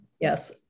Yes